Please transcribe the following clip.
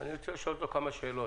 אני רוצה לשאול אותו כמה שאלות,